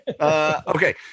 Okay